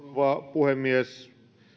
puhemies